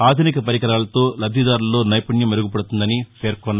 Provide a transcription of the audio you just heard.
ఆధునిక పరికరాలతో లబ్టిదారుల్లో నైపుణ్యం మెరుగుపడుతుందని పేర్కొన్నారు